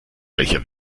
welcher